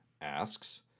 asks